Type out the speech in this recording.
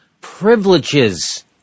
privileges